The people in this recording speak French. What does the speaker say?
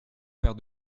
faire